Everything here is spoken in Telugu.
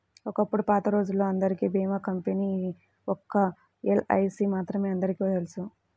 ఒకప్పుడు పాతరోజుల్లో అందరికీ భీమా కంపెనీ ఒక్క ఎల్ఐసీ మాత్రమే అందరికీ తెలుసు